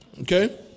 Okay